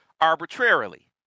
arbitrarily